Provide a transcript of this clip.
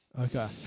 Okay